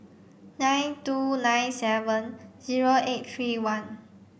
nine two nine seven zero eight three one